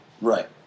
Right